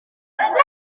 hanner